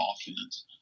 offense